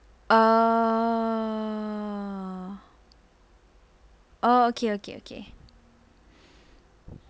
oh oh okay okay okay